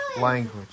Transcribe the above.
language